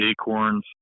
acorns